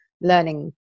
learning